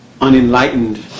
unenlightened